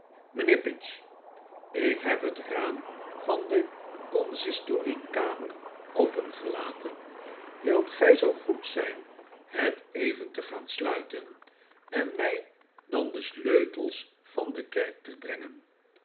ik heb het raam van de consistoriekamer ppengelaten wilt gij zoo goed zijn het even te gaan sluiten ten mij dan de sleutels van de kerk te brengen